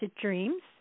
dreams